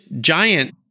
giant